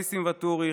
ניסים ואטורי,